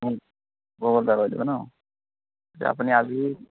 Google pay কৰি দিব ন এতিয়া আপুনি আজি